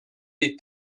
est